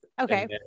Okay